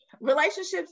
Relationships